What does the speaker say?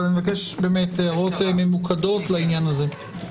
אבל אני מבקש באמת הערות ממוקדות לעניין הזה.